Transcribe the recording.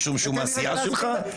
משום שהוא מהסיעה שלך?